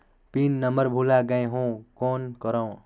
Pin number भुला गयें हो कौन करव?